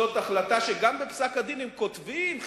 זאת החלטה שגם בפסק-הדין הם כותבים,